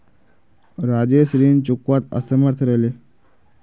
राजेश ऋण चुकव्वात असमर्थ रह ले